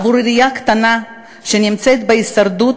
עבור עירייה קטנה שנמצאת בהישרדות,